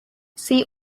see